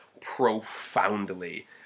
profoundly